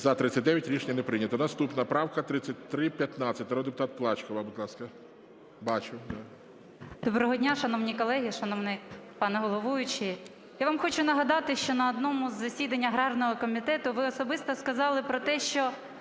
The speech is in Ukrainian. За-39 Рішення не прийнято. Наступна правка 3315. Народний депутат Плачкова, будь ласка. 17:16:28 ПЛАЧКОВА Т.М. Доброго дня, шановні колеги, шановний пане головуючий! Я вам хочу нагадати, що на одному із засідань аграрного комітету ви особисто сказали про те, що